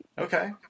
Okay